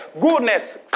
goodness